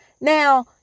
Now